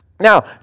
Now